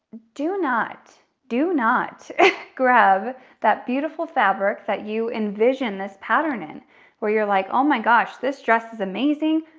do not, do not grab that beautiful fabric that you envision this pattern in where you're like, oh my gosh, this dress is amazing.